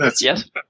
Yes